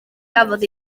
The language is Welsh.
gafodd